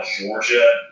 Georgia